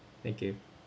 thank you